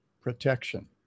protection